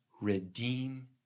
redeem